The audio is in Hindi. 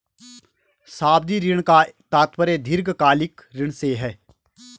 सावधि ऋण का तात्पर्य दीर्घकालिक ऋण से है